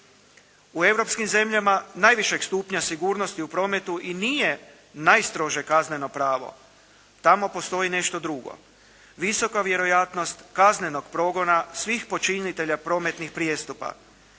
U europskim zemljama najvišeg stupnja sigurnosti u prometu i nije najstrože kazneno pravo. Tamo postoji nešto drugo – visoka vjerojatnost kaznenog progona svih počinitelja prometnih prijestupa